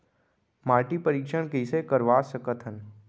माटी परीक्षण कइसे करवा सकत हन?